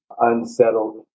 unsettled